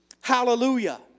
Hallelujah